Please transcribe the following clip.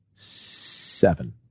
seven